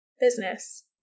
business